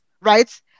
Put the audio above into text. right